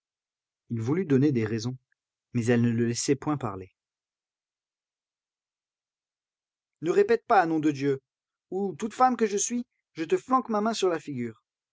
il voulut donner des raisons mais elle ne le laissait point parler ne répète pas nom de dieu ou toute femme que je suis je te flanque ma main sur la figure